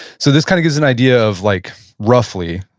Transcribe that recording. so this kind of gives an idea of like roughly,